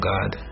God